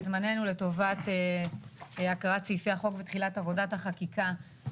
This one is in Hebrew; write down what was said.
זמננו לטובת הקראת סעיפי החוק ותחילת עבודת החקיקה.